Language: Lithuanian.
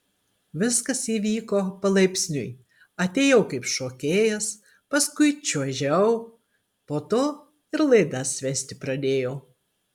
viskas įvyko palaipsniui atėjau kaip šokėjas paskui čiuožiau po to ir laidas vesti pradėjau